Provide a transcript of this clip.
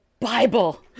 bible